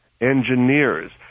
engineers